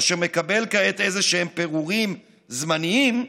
אשר מקבל כעת איזשהם פירורים זמניים,